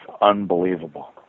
unbelievable